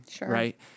right